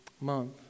month